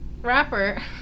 rapper